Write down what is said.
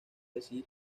decir